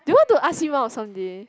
do you want to ask him out someday